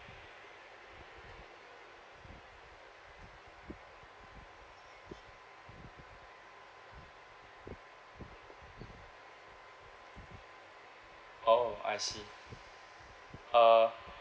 oh I see uh